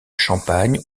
champagne